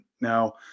Now